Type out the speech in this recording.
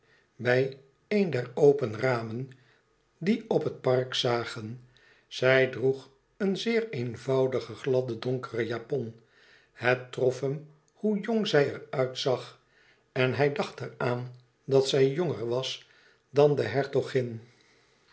bij een der open ramen die op het park zagen zij droeg een zeer eenvoudigen gladden donkeren japon het trof hem hoe jong zij er uitzag en hij dacht er aan dat zij jonger was dan de hertogin